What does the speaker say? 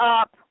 up